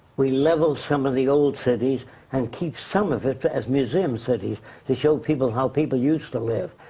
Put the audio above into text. we level some of the old cities and keep some of it as museums cities to show people how people used to live.